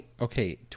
Okay